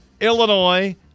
Illinois